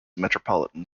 metropolitan